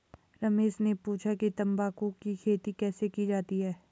रमेश ने पूछा कि तंबाकू की खेती कैसे की जाती है?